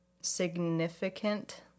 significant